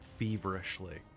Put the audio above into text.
feverishly